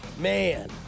Man